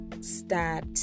start